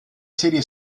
serie